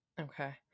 Okay